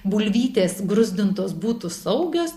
bulvytės gruzdintos būtų saugios